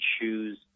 choose